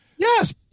Yes